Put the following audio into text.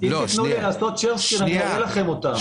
אם תתנו לי לעשות שיתוף מסך, אני אראה לכם אותם.